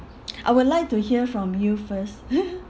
I would like to hear from you first